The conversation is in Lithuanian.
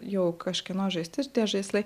jau kažkieno žaisti tie žaislai